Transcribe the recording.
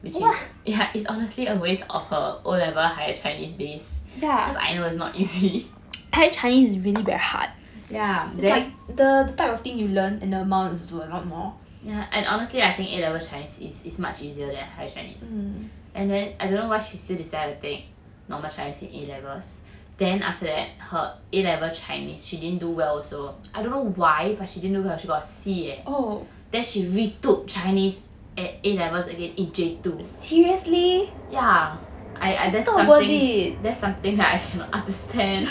which is yeah it's honestly a waste of her O level higher chinese days cause I know it's not easy yeah and honestly I think A level chinese is much easier than higher chinese and then I don't know why she's still decided to take normal chinese A levels then after that her A level chinese she didn't do well also I don't know why but she didn't do well she got a C eh then she retook chinese at A levels again in J two ya I I that's something I cannot understand